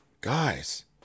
guys